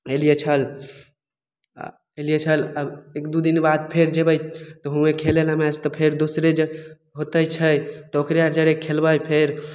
एलियै छल आ एलियै छल आब एक दू दिनबाद फेर जेबै तऽ हूँए खेलेला मैच तऽ फेर दोसरे जग ओतेक छै तऽ ओकरे आर जरे खेलबै फेर